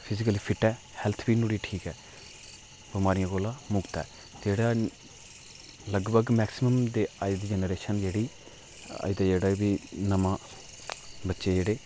physically fit ऐ health बी नुहाड़ी ठीक ऐ बमारियें कोला मुक्त ऐ जेह्ड़ा लगभग मैक्सिमम अज्ज दी जेनरेशन जेह्ड़ी अज्ज दा जेह्ड़ा बी नमां बच्चे जेह्डे़